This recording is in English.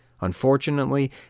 Unfortunately